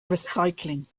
recycling